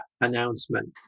announcement